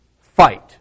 fight